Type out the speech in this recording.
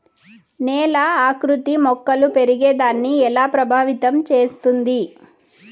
నేల ఆకృతి మొక్కలు పెరిగేదాన్ని ఎలా ప్రభావితం చేస్తుంది?